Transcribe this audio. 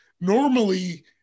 normally